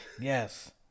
Yes